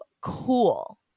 cool